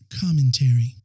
Commentary